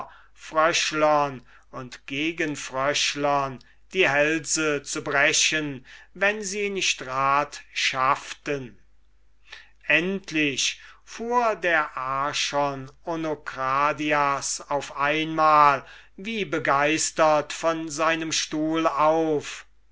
fröschlern und gegenfröschlern die hälse zu brechen wenn sie nicht rat schafften endlich fuhr der archon onokradias auf einmal wie begeistert von seinem stuhl auf